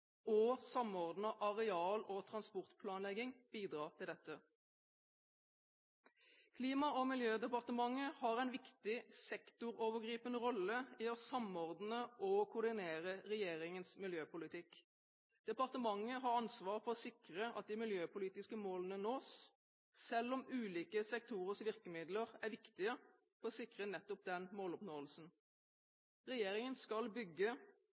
og samordnet areal- og transportplanlegging bidrar til dette. Klima- og miljødepartementet har en viktig sektorovergripende rolle i å samordne og koordinere regjeringens miljøpolitikk. Departementet har ansvar for å sikre at de miljøpolitiske målene nås, selv om ulike sektorers virkemidler er viktige for å sikre nettopp den måloppnåelsen. Regjeringen skal bygge